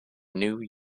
new